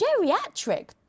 Geriatric